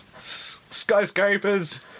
skyscrapers